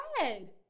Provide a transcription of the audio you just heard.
red